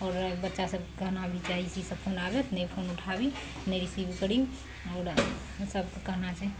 अइ दुआरे बच्चा सबके कहना भी चाही जे ईसब फोन आबय तऽ ने उठाबी ने रिसीव करी आओर एना सबके कहना छै